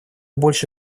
больше